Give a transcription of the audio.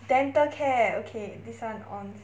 dental care okay this one on